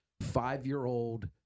five-year-old